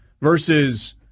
versus